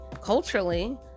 culturally